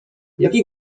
jaki